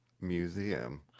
museum